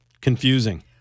Confusing